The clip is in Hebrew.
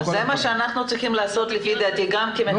זה מה שאנחנו צריכים לעשות לפי דעתי גם כמחוקקים.